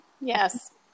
Yes